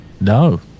No